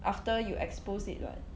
after you expose it [what]